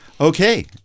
Okay